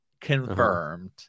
confirmed